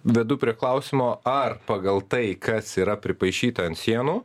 vedu prie klausimo ar pagal tai kas yra pripaišyta ant sienų